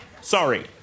sorry